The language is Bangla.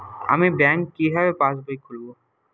আমি ব্যাঙ্ক কিভাবে পাশবই খুলব?